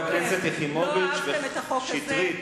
לא אהבתם את החוק הזה,